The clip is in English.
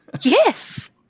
Yes